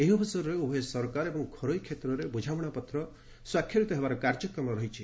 ଏହି ଅବସରରେ ଉଭୟ ସରକାର ଏବଂ ଘରୋଇ କ୍ଷେତ୍ରରେ ବୁଝାମଣା ପତ୍ର ସ୍ୱାକ୍ଷରିତ ହେବାର କାର୍ଯ୍ୟକ୍ରମ ରହିଛି